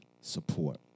support